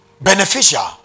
Beneficial